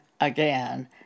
again